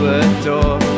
adore